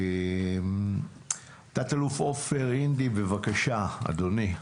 תת אלוף עופר הינדי בבקשה אדוני.